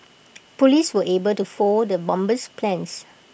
Police were able to foil the bomber's plans